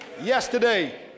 Yesterday